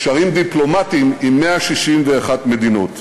קשרים דיפלומטיים עם 161 מדינות,